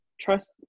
trust